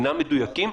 אינם מדויקים,